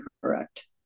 correct